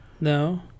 No